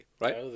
Right